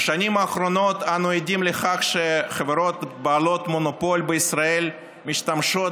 בשנים האחרונות אנו עדים לכך שחברות בעלות מונופול בישראל משתמשות